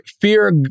Fear